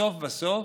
בסוף בסוף